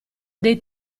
dei